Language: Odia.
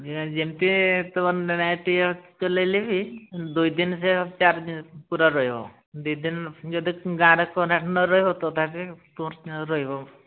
ସେଇଟା ଯେମିତି ତୁମର ନାଇଟ୍ ଅଫ୍ ଚଲାଇଲେ ବି ଦୁଇ ଦିନରେ ଚାର୍ଜ୍ ପୁରା ରହିବ ଦୁଇ ଦିନ ଦୁଇ ଦିନ ଯଦି ଗାଁରେ କରେଣ୍ଟ୍ ନ ରହିବ ତଥାପି ରହିବ